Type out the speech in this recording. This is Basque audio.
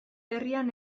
herrian